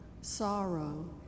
sorrow